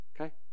Okay